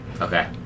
okay